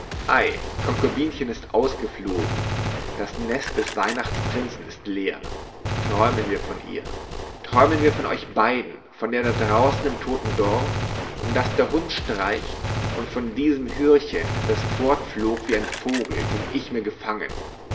konkubinchen ist ausgeflogen das nest des weihnachtsprinzen ist leer träumen wir von ihr träumen wir von euch beiden von der da draußen im toten dorf um das der hund streicht und von diesem hürchen das fortflog wie ein vogel den ich mir gefangen